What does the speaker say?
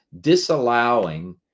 disallowing